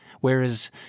Whereas